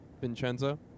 Vincenzo